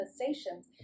conversations